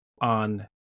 on